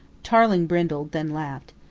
tarling brindled, then laughed.